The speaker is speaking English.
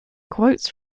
quotes